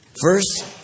First